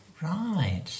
Right